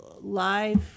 live